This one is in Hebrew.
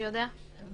מה